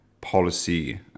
policy